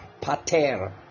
Pater